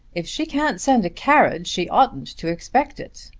if she can't send a carriage she oughtn't to expect it.